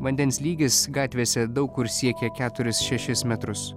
vandens lygis gatvėse daug kur siekė keturis šešis metrus